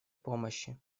помощи